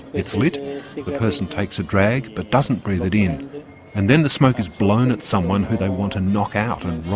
it's lit, the person takes a drag but doesn't breathe it in and then the smoke is blown at someone who they want to knock out and rob.